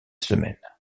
semaines